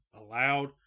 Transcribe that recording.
allowed